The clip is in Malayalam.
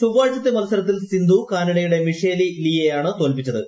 ചൊവ്വാഴ്ചത്തെ മത്സരത്തിൽ സിന്ധു കാനഡ്യുടെ മിഷേലി ലീയേയാണ് തോൽപ്പിച്ചത്